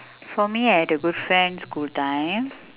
for me I had a good friend school time